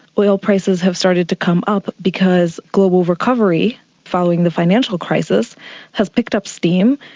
oil prices have started to come up because global recovery following the financial crisis has picked up steam,